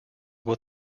what